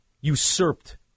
usurped